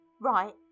Right